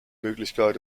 möglichkeit